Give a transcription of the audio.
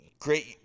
Great